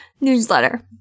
newsletter